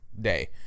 day